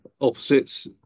opposites